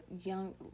young